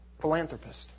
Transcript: Philanthropist